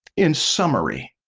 in summary,